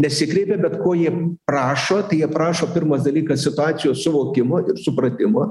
nesikreipia bet ko jie prašo tai jie prašo pirmas dalykas situacijos suvokimo ir supratimo